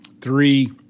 three